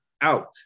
out